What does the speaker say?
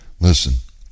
Listen